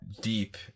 deep